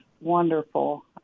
wonderful